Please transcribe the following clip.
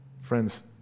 Friends